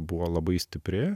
buvo labai stipri